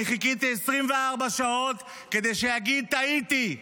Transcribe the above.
אני חיכיתי 24 שעות כדי שיגיד: טעיתי.